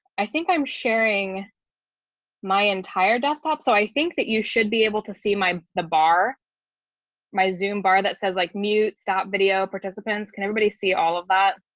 i think i'm sharing my entire desktop so i think that you should be able to see my bar my zoom bar that says like mute stop video participants can everybody see all of that?